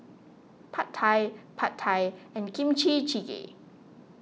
Pad Thai Pad Thai and Kimchi Jjigae